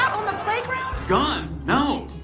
on the playground? gun? no,